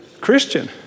Christian